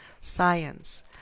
science